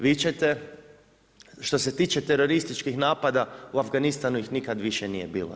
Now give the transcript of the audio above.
Vi ćete što se tiče terorističkih napada, u Afganistanu ih nikad više nije bilo.